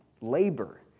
labor